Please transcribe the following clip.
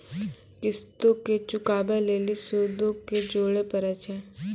किश्तो के चुकाबै लेली सूदो के जोड़े परै छै